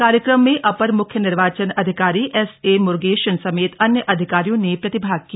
कार्यक्रम में अपर मुख्य निर्वाचन अधिकारी एस ए म्रुगेशन समेत अन्य अधिकारियों ने प्रतिभाग किया